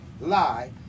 lie